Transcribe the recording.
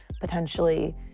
potentially